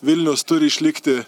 vilnius turi išlikti